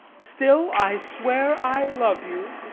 still i swear i love you.